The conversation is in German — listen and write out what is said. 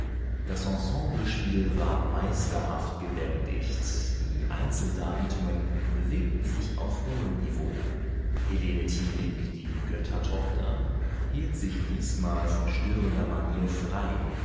das ensemblespiel war meisterhaft gebändigt die einzeldarbietungen bewegten sich auf hohem niveau helene thimig die göttertochter hielt sich diesmal von störender manier frei